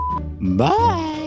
Bye